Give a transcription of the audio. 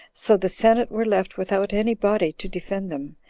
so the senate were left without any body to defend them,